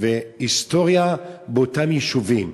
זכויות והיסטוריה באותם יישובים.